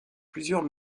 plusieurs